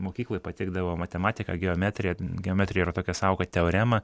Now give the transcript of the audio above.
mokykloj patikdavo matematika geometrija geometrijoj yra tokia sąvoka teoremą